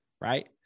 right